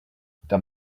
there